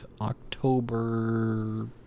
October